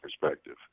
perspective